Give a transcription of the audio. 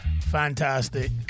fantastic